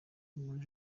muri